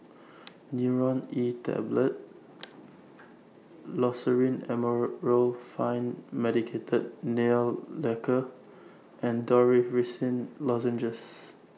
Nurogen E Tablet Loceryl Amorolfine Medicated Nail Lacquer and Dorithricin Lozenges